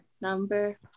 Number